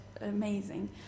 amazing